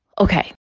Okay